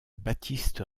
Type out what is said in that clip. baptiste